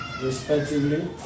Respectively